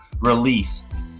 release